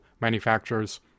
manufacturers